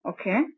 Okay